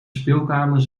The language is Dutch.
speelkamer